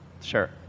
Sure